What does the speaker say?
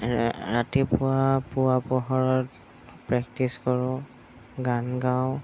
ৰাতিপুৱা পুৱা প্ৰহৰত প্ৰেক্টিছ কৰোঁ গান গাওঁ